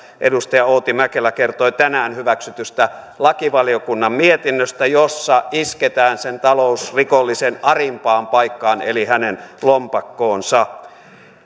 edustaja outi mäkelä kertoi tänään hyväksytystä lakivaliokunnan mietinnöstä jossa isketään talousrikollisen arimpaan paikkaan eli hänen lompakkoonsa